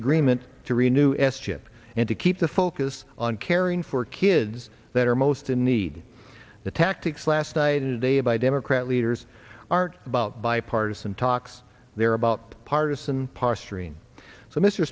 agreement to renew s chip and to keep the focus on caring for kids that are most in need the tactics last night and day by democrat leaders aren't about bipartisan talks they're about partisan posturing s